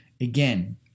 Again